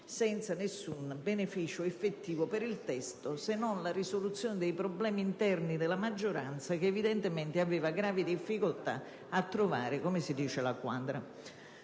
senza alcun beneficio per il testo, se non la risoluzione dei problemi interni della maggioranza che evidentemente aveva gravi difficoltà a trovare, come si dice, la quadra.